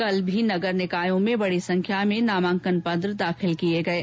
कल भी नगर निकायों में बड़ी संख्या में नामांकन दाखिल किये गये